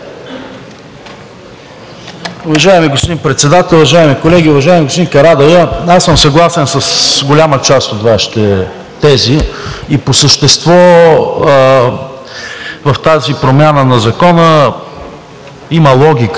Уважаеми господин Председател, уважаеми колеги! Уважаеми господин Карадайъ, съгласен съм с голяма част от Вашите тези. По същество в тази промяна на Закона има логика.